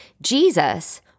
Jesus